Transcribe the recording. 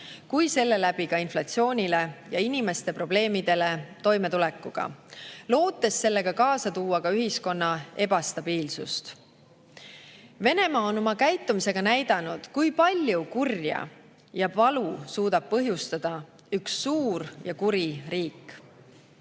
kui selle kaudu ka inflatsioonile ja inimeste probleemidele toimetulekuga, lootes sellega kaasa tuua ühiskonna ebastabiilsust. Venemaa on oma käitumisega näidanud, kui palju kurja ja valu suudab põhjustada üks suur ja kuri riik.